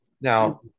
Now